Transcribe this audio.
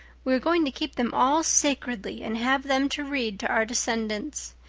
we are going to keep them all sacredly and have them to read to our descendants.